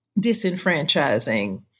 disenfranchising